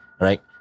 right